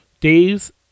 days